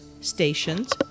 stations